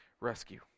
rescue